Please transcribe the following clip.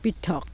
পৃথক